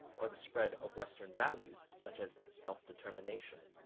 or the spread of western values such as self-determination.